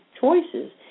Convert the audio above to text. choices